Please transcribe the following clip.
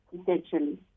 essentially